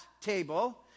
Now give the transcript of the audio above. table